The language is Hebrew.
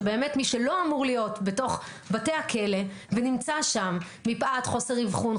באמת מי שלא אמור להיות בתוך בתי הכלא ונמצא שם מפאת חוסר אבחון,